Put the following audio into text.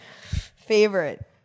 favorite